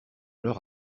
leur